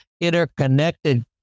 interconnected